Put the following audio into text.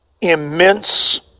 immense